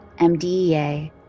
MDEA